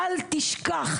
האסלה,